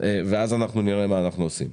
ואז נראה מה אנחנו עושים.